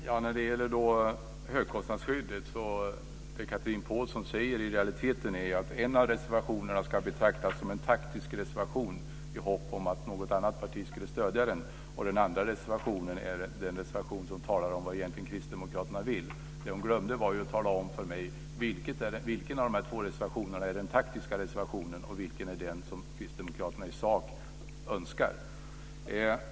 Fru talman! Först gällde det högkostnadsskyddet. Vad Chatrine Pålsson i realiteten säger är alltså att en av reservationerna ska betraktas som en taktisk reservation i hopp om att något annat parti ska stödja den, och den andra reservationen är den som talar om vad kristdemokraterna egentligen vill. Det hon glömde var att tala om för mig vilken av de två reservationerna som är den taktiska och vilken som uttrycker det kristdemokraterna i sak önskar.